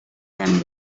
them